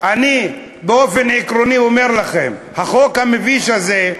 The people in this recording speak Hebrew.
אני באופן עקרוני אומר לכם: החוק המביש הזה,